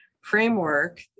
framework